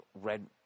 red